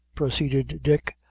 proceeded dick,